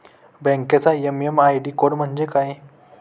बँकेचा MM ID code म्हणजे काय?